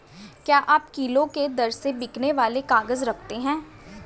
क्या आप किलो के दर से बिकने वाले काग़ज़ रखते हैं?